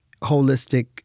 holistic